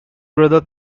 brother